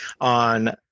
on